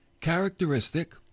characteristic